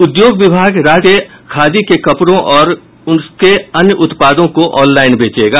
उद्योग विभाग राज्य के खादी के कपड़ों और उसके अन्य उत्पादों को ऑनलाइन बेचेगा